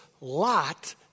Lot